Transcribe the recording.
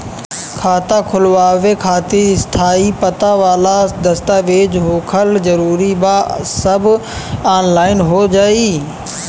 खाता खोलवावे खातिर स्थायी पता वाला दस्तावेज़ होखल जरूरी बा आ सब ऑनलाइन हो जाई?